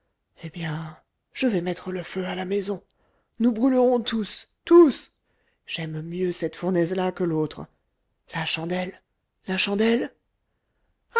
eh bien je vais mettre le feu à la maison nous brûlerons tous tous j'aime mieux cette fournaise là que l'autre la chandelle la chandelle